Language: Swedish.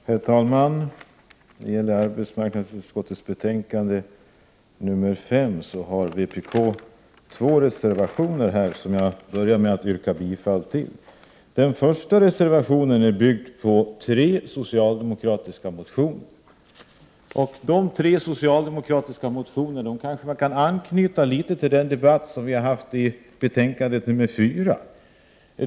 Herr talman! I arbetsmarknadsutskottets betänkande 5 har vpk två reservationer, som jag börjar med att yrka bifall till. Den första reservationen är byggd på tre socialdemokratiska motioner. Dessa socialdemokratiska motioner anknyter något till den debatt vi hade i fråga om arbetsmarknadsutskottets betänkande 4.